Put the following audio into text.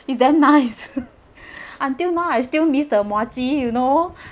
is damn nice until now I still miss the muah chee you know